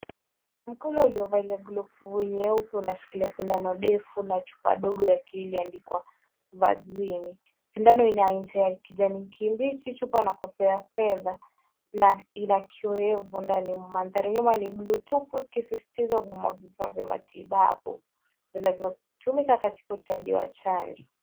Mkono uliovalia glovu nyeupe unashikilia shindano ndefu na chupa ndogo ya kioo iliyoandikwa vaccine .Sindano ina ncha ya kijani kibichi chupa na kofia ya fedha na ina kioevu ndani. Mandhari ya nyuma ni blue tupu ikisisitiza umuhimu wa vifaa vya matibabu vinavyotumika katika utoaji wa chanjo.